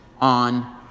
on